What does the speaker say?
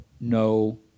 no